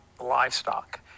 livestock